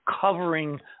covering